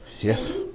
Yes